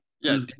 Yes